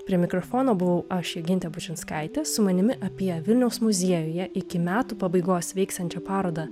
prie mikrofono buvau aš jogintė bušinskaitė su manimi apie vilniaus muziejuje iki metų pabaigos veiksiančią parodą